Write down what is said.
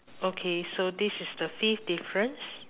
okay so this is the fifth difference